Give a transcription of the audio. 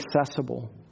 accessible